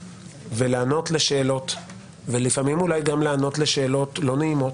ולענות לשאלות ולפעמים אולי גם לענות לשאלות לא נעימות,